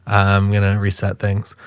i'm gonna reset things.